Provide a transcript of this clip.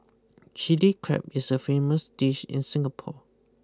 Chilli Crab is a famous dish in Singapore